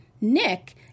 Nick